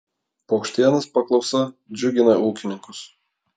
paukštienos paklausa džiugina ūkininkus